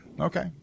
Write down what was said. Okay